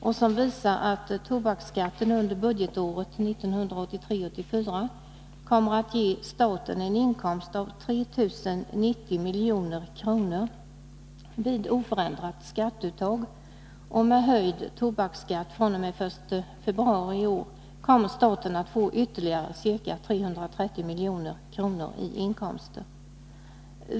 Det framgår att tobaksskatten under budgetåret 1983/84 kommer att ge staten en inkomst på 3 090 milj.kr. vid oförändrat skatteuttag, och med höjd tobaksskatt fr.o.m. den 1 februari i år kommer staten att få ytterligare ca 330 milj.kr. i inkomster.